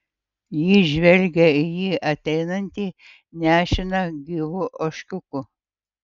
ji žvelgė į jį ateinantį nešiną gyvu ožkiuku